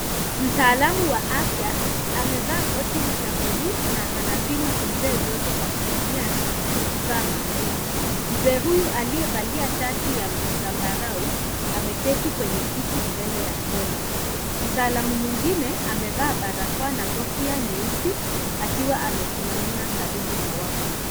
Mtaalamu wa afya amevaa koti la bluu na anapima mzee joto kwa kutumia kifaa maalum. Mzee huyu aliyevalia sharti ya zambarau ameketi kwenye kiti mbele ya hema. Mtaalamu mwingine amevaa barakoa na kofia nyeusi akiwa amesimama karibu na wao.